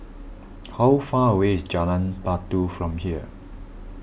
how far away is Jalan Batu from here